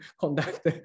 conduct